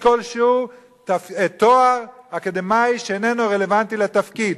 כלשהו תואר אקדמי שאיננו רלוונטי לתפקיד.